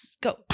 go